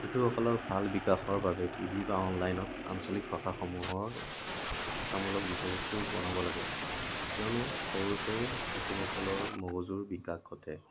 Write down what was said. শিশুসকলৰ ভাল বিকাশৰ বাবে টি ভি বা অনলাইনত আঞ্চলিক ভাষাসমূহৰ শিক্ষামূলক বিষয়বস্তু বনাব লাগে কিয়নো সৰুতেই শিশুসকলৰ মগজুৰ বিকাশ ঘটে